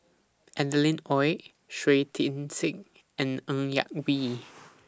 Adeline Ooi Shui Tit Sing and Ng Yak Whee